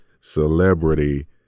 celebrity